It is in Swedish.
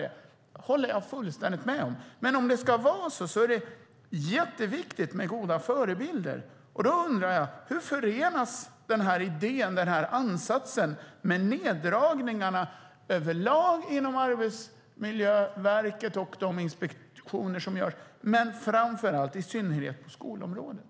Det håller jag helt med om. Men om det ska vara så är det mycket viktigt med goda förebilder. Då undrar jag: Hur förenas denna idé och denna ansats med neddragningarna över lag inom Arbetsmiljöverket och i synnerhet när det gäller de inspektioner som görs på skolområdet?